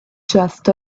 just